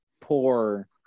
poor